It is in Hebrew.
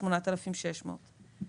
ל-8,600 שקלים.